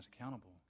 accountable